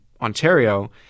ontario